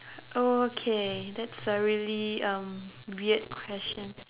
okay that's a really um weird question